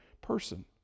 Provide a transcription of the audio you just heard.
person